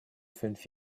fünf